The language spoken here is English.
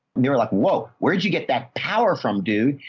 they were like, whoa, where'd you get that power from dude?